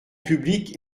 publique